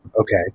Okay